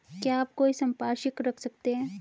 क्या आप कोई संपार्श्विक रख सकते हैं?